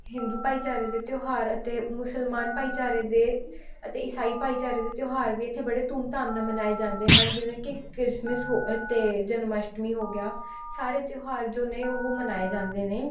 ਹਿੰਦੂ ਭਾਈਚਾਰੇ ਦੇ ਤਿਉਹਾਰ ਅਤੇ ਮੁਸਲਮਾਨ ਭਾਈਚਾਰੇ ਦੇ ਅਤੇ ਈਸਾਈ ਭਾਈਚਾਰੇ ਦੇ ਤਿਉਹਾਰ ਵੀ ਇੱਥੇ ਬੜੇ ਧੂਮਧਾਮ ਨਾਲ਼ ਮਨਾਏ ਜਾਂਦੇ ਹਨ ਜਿਵੇਂ ਕਿ ਕ੍ਰਿਸਮਿਸ ਹੋ ਅਤੇ ਜਨਮਅਸ਼ਟਮੀ ਹੋ ਗਿਆ ਸਾਰੇ ਤਿਉਹਾਰ ਜੋ ਨੇ ਉਹ ਮਨਾਏ ਜਾਂਦੇ ਨੇ